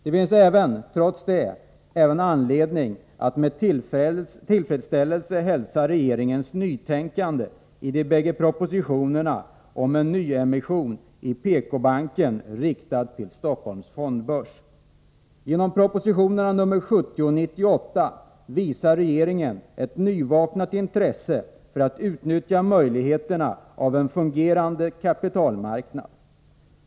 Det finns dock all anledning att med tillfredsställelse hälsa regeringens nytänkande i de bägge propositionerna om en nyemission i PK-banken, riktad till Stockholms fondbörs. Genom propositionerna nr 70 och 98 visar regeringen ett nyvaknat intresse för att utnyttja de möjligheter en fungerande kapitalmarknad ger.